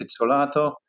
Pizzolato